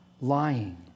Lying